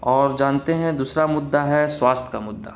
اور جانتے ہیں دوسرا مدعا ہے سواستھ کا مدعا